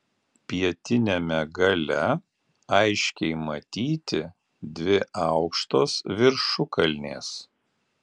pietiniame gale aiškiai matyti dvi aukštos viršukalnės